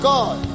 God